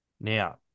Now